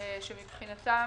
שמבחינתם